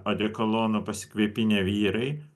odekolonu pasikvėpinę vyrai